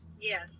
Yes